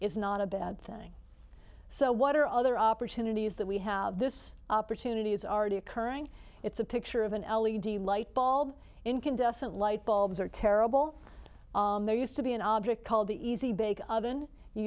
is not a bad thing so what are other opportunities that we have this opportunity is already occurring it's a picture of an l e d light bulb incandescent light bulbs are terrible there used to be an object called the easy bake oven you